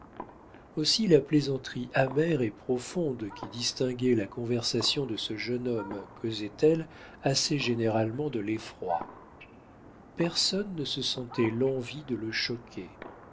aussi la plaisanterie amère et profonde qui distinguait la conversation de ce jeune homme causait elle assez généralement de l'effroi personne ne se sentait l'envie de le choquer